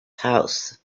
house